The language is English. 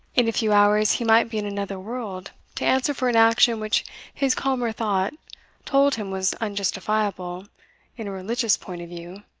in a few hours he might be in another world to answer for an action which his calmer thought told him was unjustifiable in a religious point of view,